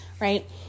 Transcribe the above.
right